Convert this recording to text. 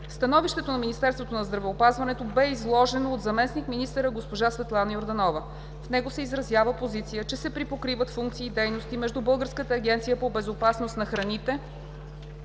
Становището на Министерство на здравеопазването бе изложено от заместник-министъра - госпожа Светлана Йорданова. В него се изразява позиция, че се припокриват функции и дейности между Българската агенция по безопасност на храните